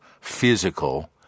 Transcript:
physical